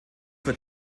für